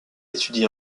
étudie